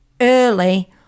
early